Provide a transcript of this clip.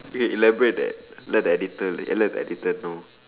can you elaborate that let the editor let the editor know